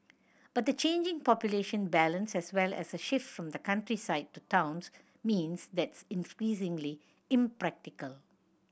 but the changing population balance as well as a shift from the countryside to towns means that's increasingly impractical